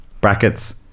brackets